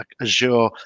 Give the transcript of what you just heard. Azure